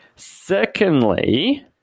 Secondly